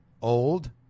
old